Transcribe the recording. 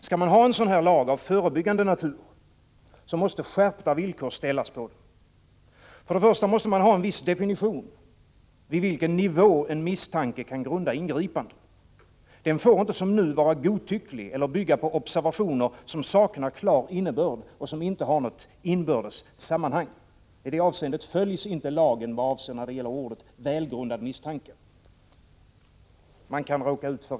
Skall man ha en sådan här lag av förebyggande natur måste skärpta krav ställas på den. För det första måste man ha en viss definition av vid vilken nivå en misstanke kan grunda ingripande. Den får inte, som nu, vara godtycklig eller bygga på observationer som saknar klar innebörd och som inte har något inbördes sammanhang. Med avseende på uttrycket ”välgrundad misstanke” följs inte lagen.